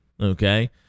okay